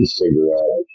cigarette